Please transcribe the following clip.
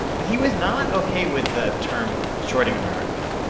but he was not ok with the term shorting america.